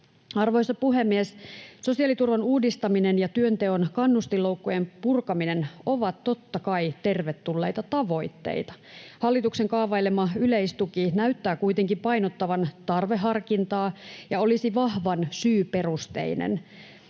Arvoisa puhemies! Sosiaaliturvan uudistaminen ja työnteon kannustinloukkujen purkaminen ovat totta kai tervetulleita tavoitteita. Hallituksen kaavailema yleistuki näyttää kuitenkin painottavan tarveharkintaa ja olisi vahvan syyperusteinen.